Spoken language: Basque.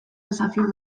desafio